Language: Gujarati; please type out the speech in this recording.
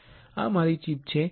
આ મારી ચિપ છે કઈ ચિપ